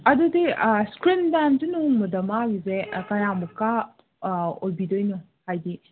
ꯑꯗꯨꯗꯤ ꯏꯁꯀ꯭ꯔꯤꯟ ꯇꯥꯏꯝꯁꯨ ꯅꯣꯡꯃꯗ ꯃꯥꯒꯤꯁꯦ ꯀꯌꯥꯃꯨꯛꯀ ꯑꯣꯏꯕꯤꯗꯣꯏꯅꯣ ꯍꯥꯏꯗꯤ